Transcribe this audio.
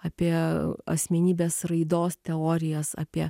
apie asmenybės raidos teorijas apie